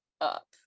up